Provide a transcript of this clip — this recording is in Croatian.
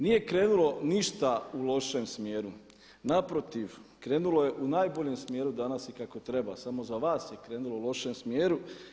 Nije krenulo ništa u lošem smjeru, naprotiv krenulo je u najboljem smjeru danas i kako treba samo za vas je krenulo u lošem smjeru.